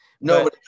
No